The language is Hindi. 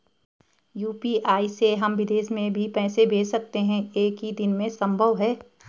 यु.पी.आई से हम विदेश में भी पैसे भेज सकते हैं एक ही दिन में संभव है?